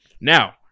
Now